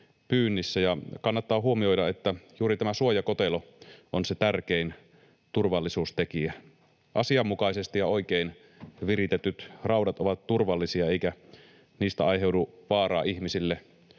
kannattaa huomioida, että juuri tämä suojakotelo on se tärkein turvallisuustekijä. Asianmukaisesti ja oikein viritetyt raudat ovat turvallisia, eikä niistä aiheudu vaaraa ihmisille,